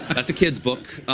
that's a kids' book.